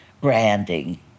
branding